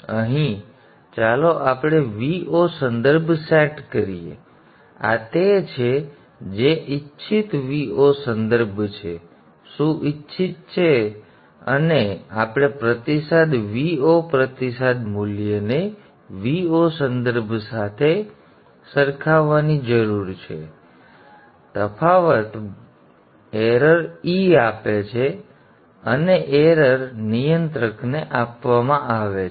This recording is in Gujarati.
તેથી અહીં ચાલો આપણે Vo સંદર્ભ સેટ કરીએ આ તે છે જે ઇચ્છિત Vo સંદર્ભ છે શું ઇચ્છિત છે અને આપણે પ્રતિસાદ Vo પ્રતિસાદ મૂલ્યને Vo સંદર્ભ મૂલ્ય સાથે સરખાવવાની જરૂર છે અને તફાવત ભૂલ E આપે છે અને ભૂલ સંદર્ભ સમય 0700 નિયંત્રકને આપવામાં આવે છે